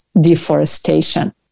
deforestation